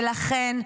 ולכן,